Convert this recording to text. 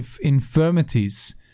infirmities